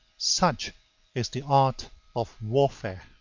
such is the art of warfare.